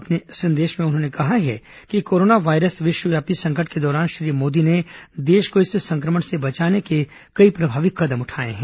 अपने शुभकामना संदेश में उन्होंने कहा है कि कोरोना वायरस विश्वव्यापी संकट के दौरान श्री मोदी ने देश को इस संक्रमण से बचाने के कई प्रभावी कदम उठाए हैं